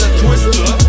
twister